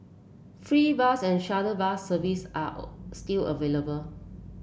free bus and shuttle bus service are still available